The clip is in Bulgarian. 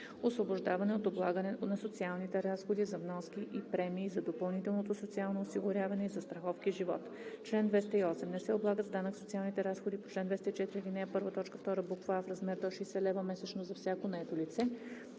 „Освобождаване от облагане на социалните разходи за вноски и премии за допълнителното социално осигуряване и застраховки „Живот“ Чл. 208. Не се облагат с данък социалните разходи по чл. 204, ал. 1, т. 2, буква „а“ в размер до 60 лв. месечно за всяко наето лице,